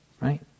right